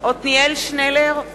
עתניאל שנלר,